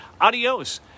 adios